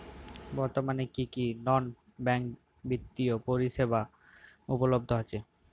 বর্তমানে কী কী নন ব্যাঙ্ক বিত্তীয় পরিষেবা উপলব্ধ আছে?